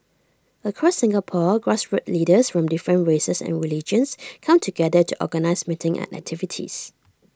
across Singapore grassroots leaders from different races and religions come together to organise meetings and activities